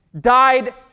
Died